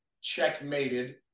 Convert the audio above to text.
checkmated